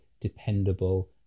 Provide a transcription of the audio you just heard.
dependable